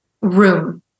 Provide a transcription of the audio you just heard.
room